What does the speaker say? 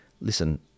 listen